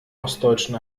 ostdeutschen